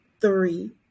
three